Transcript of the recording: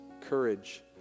courage